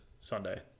Sunday